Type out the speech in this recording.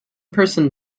person